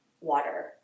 water